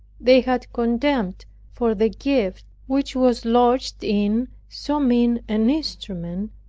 they had contempt for the gift which was lodged in so mean an instrument,